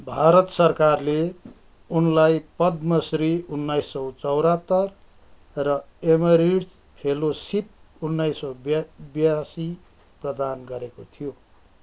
भारत सरकारले उनलाई पद्मश्री उन्नाइस सय चौरहतर र एमेरिट फेलोसिप उन्नाइस सय ब्या ब्यासी प्रदान गरेको थियो